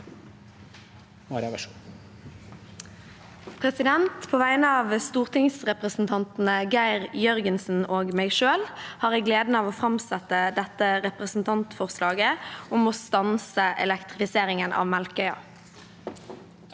På vegne av stor- tingsrepresentanten Geir Jørgensen og meg selv har jeg gleden av å framsette et representantforslag om å stanse elektrifiseringen av Melkøya.